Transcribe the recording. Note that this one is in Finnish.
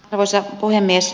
arvoisa puhemies